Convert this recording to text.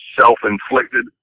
self-inflicted